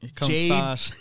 Jade